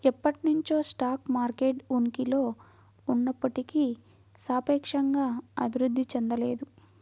ఎప్పటినుంచో stock market ఉనికిలో ఉన్నప్పటికీ సాపేక్షంగా అభివృద్ధి చెందలేదు